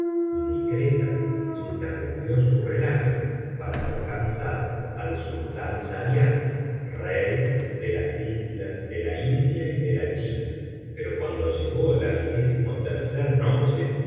y discreta interrumpió su relato para no cansar al sultán schahriar rey de las islas de la india y de la china pero cuando llegó la noche